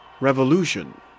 revolution